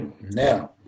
Now